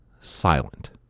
silent